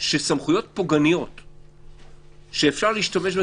- שסמכויות פוגעניות שאפשר להשתמש בהן